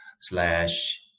slash